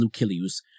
Lucilius